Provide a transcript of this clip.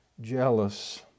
jealous